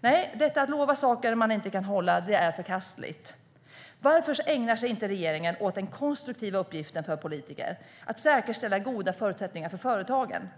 Nej, att lova saker man inte kan hålla är förkastligt. Varför ägnar sig inte regeringen åt den konstruktiva uppgiften för politiker: att säkerställa goda förutsättningar för företagen?